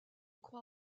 croix